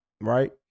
right